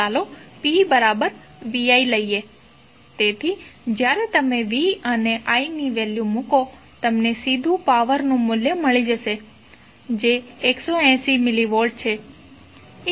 ચાલો pvi લઈએ તેથી જ્યારે તમે v અને i ની વેલ્યુ મૂકો તમને સીધુ પાવરનું મૂલ્ય મળી જશે જે 180 મિલીવોટ છે